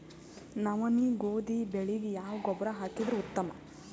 ನವನಿ, ಗೋಧಿ ಬೆಳಿಗ ಯಾವ ಗೊಬ್ಬರ ಹಾಕಿದರ ಉತ್ತಮ?